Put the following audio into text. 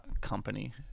company